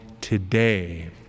today